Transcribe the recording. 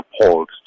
appalled